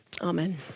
Amen